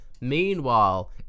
Meanwhile